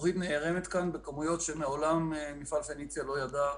הזכוכית נערמת כאן בחצרות והגענו לכמויות שמעולם מפעל "פניציה" לא ידע.